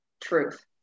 truth